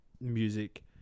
music